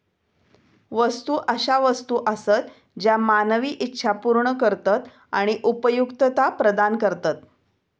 वस्तू अशा वस्तू आसत ज्या मानवी इच्छा पूर्ण करतत आणि उपयुक्तता प्रदान करतत